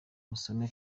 musome